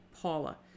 Paula